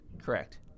Correct